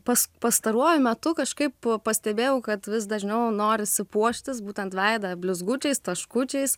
pas pastaruoju metu kažkaip pastebėjau kad vis dažniau norisi puoštis būtent veidą blizgučiais taškučiais